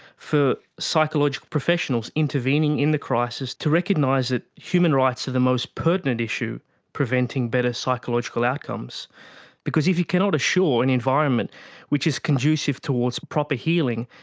for psychological professionals, intervening in the crisis to recognise that human rights are the most pertinent issue preventing better psychological outcomes because if you cannot assure an environment which is conducive towards proper healing,